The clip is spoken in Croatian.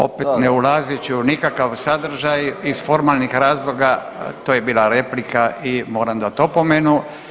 Opet ne ulazeći u nikakav sadržaj, iz formalnih razloga, to je bila replika i moram dati opomenu.